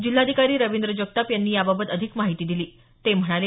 जिल्हाधिकारी रविंद्र जगताप यांनी याबाबत अधिक माहिती दिली ते म्हणाले